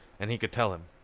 and he could tell him.